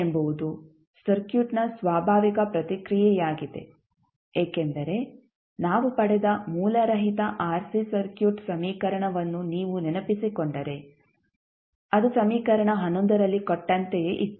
ಎಂಬುದು ಸರ್ಕ್ಯೂಟ್ ನ ಸ್ವಾಭಾವಿಕ ಪ್ರತಿಕ್ರಿಯೆಯಾಗಿದೆ ಏಕೆಂದರೆ ನಾವು ಪಡೆದ ಮೂಲರಹಿತ ಆರ್ಸಿ ಸರ್ಕ್ಯೂಟ್ ಸಮೀಕರಣವನ್ನು ನೀವು ನೆನಪಿಸಿಕೊಂಡರೆ ಅದು ಸಮೀಕರಣ ರಲ್ಲಿ ಕೊಟ್ಟಂತೆಯೇ ಇತ್ತು